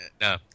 No